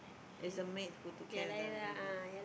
it's the maid who took care of the baby